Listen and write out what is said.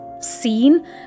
seen